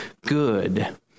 good